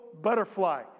butterfly